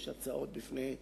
יש הצעות בפני אדוני,